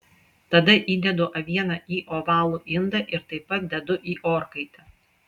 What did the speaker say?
tada įdedu avieną į ovalų indą ir taip pat dedu į orkaitę